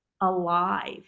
alive